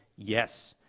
yes.